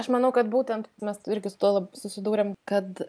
aš manau kad būtent mes irgi su tuo susidūrėm kad